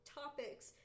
topics